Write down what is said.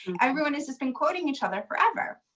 everyone has has been quoting each other forever.